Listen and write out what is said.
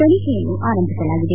ತನಿಖೆಯನ್ನು ಆರಂಭಿಸಲಾಗಿದೆ